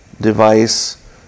device